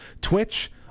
Twitch